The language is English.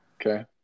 Okay